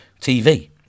TV